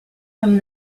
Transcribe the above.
from